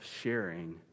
sharing